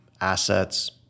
assets